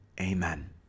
amen